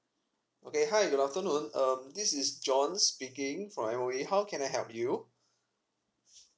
okay hi good afternoon um this is john speaking from M_O_E how can I help you